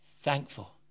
thankful